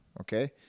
okay